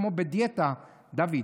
כמו בדיאטה, דוד,